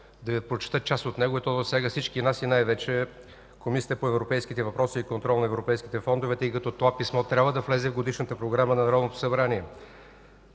Ви прочета част от него. То засяга всички нас и най-вече Комисията по европейските въпроси и контрол на европейските фондове, тъй като това писмо трябва да влезе в Годишната програма на Народното събрание.